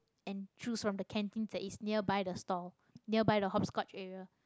and choose from the canteen that is nearby the stall nearby the hopscotch area